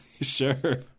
Sure